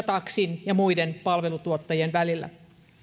taksin ja muiden palveluntuottajien välillä